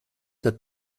that